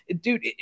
Dude